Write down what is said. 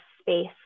space